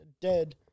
Dead